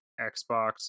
Xbox